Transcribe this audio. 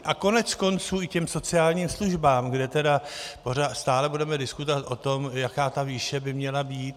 A koneckonců i těm sociálním službám, kde tedy stále budeme diskutovat o tom, jaká ta výše by měla být.